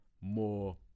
more